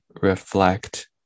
reflect